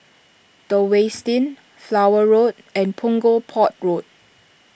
the Westin Flower Road and Punggol Port Road